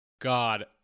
God